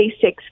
six